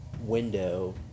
window